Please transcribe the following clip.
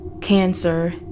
cancer